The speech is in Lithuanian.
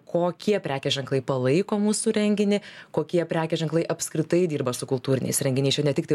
kokie prekės ženklai palaiko mūsų renginį kokie prekės ženklai apskritai dirba su kultūriniais renginiais aš jau ne tiktai